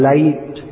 Light